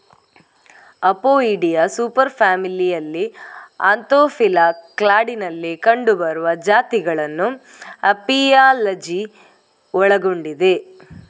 Apoidea super ಫ್ಯಾಮಿಲಿಯಲ್ಲಿ Anthophila ಕ್ಲಾಡಿನಲ್ಲಿ ಕಂಡುಬರುವ ಜಾತಿಗಳನ್ನು ಅಪಿಯಾಲಜಿ ಒಳಗೊಂಡಿದೆ